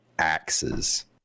axes